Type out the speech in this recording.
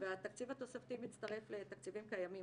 והתקציב התוספתי מצטרף לתקציבים קיימים